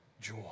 joy